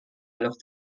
alors